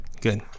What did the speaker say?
Good